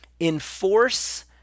enforce